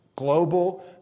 global